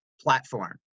platform